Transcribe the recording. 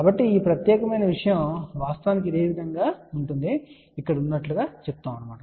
కాబట్టి ఈ ప్రత్యేకమైన విషయం వాస్తవానికి ఇదే విధంగా ఉంటుంది ఇది ఇక్కడ ఉన్నట్లుగా ఉంటుంది